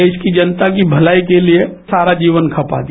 देश की जनता की भलाई के लिए सारा जीवन खपा दिया